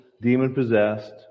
demon-possessed